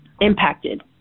impacted